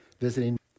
visiting